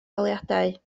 goleuadau